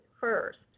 first